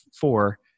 four